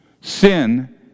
Sin